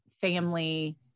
family